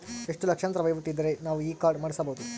ಎಷ್ಟು ಲಕ್ಷಾಂತರ ವಹಿವಾಟು ಇದ್ದರೆ ನಾವು ಈ ಕಾರ್ಡ್ ಮಾಡಿಸಬಹುದು?